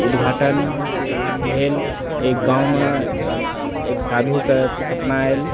उद्घाटन भेल एक गाँवमे एक साधुके सपना आएल